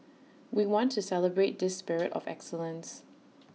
we want to celebrate this spirit of excellence